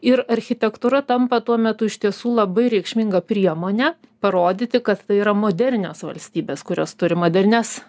ir architektūra tampa tuo metu iš tiesų labai reikšminga priemone parodyti kad tai yra modernios valstybės kurios turi modernias